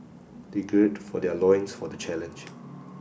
they gird for their loins for the challenge